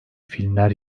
filmler